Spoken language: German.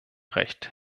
recht